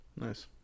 Nice